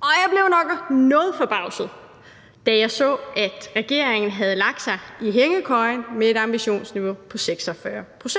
Og jeg blev nok noget forbavset, da jeg så, at regeringen havde lagt sig i hængekøjen med et ambitionsniveau på 46 pct.